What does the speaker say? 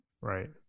Right